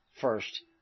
first